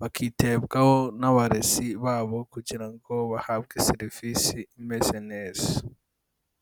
bakitabwaho n'abarezi babo kugira ngo bahabwe serivisi imeze neza.